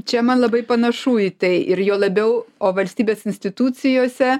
čia man labai panašu į tai ir juo labiau o valstybės institucijose